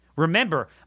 Remember